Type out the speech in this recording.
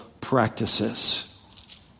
practices